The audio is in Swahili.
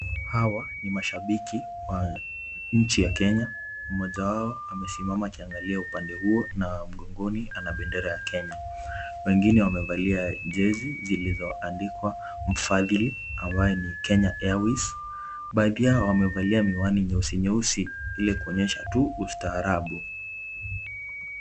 Hawa ni mashabiki wa nchi ya Kenya mmoja wao amesimama akiangalia upande huo na mgongoni ana bendera ya Kenya. Wengine wamevalia jezi zilizoandikwa mfadhili ambaye ni Kenya Airways ambaye pia wamevalia miwani nyeusi nyeusi ili kuonyesha tu ustaarabu.